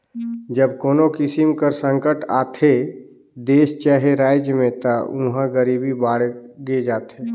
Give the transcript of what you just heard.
जब कोनो किसिम कर संकट आथे देस चहे राएज में ता उहां गरीबी बाड़गे जाथे